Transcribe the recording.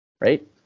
right